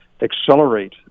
accelerate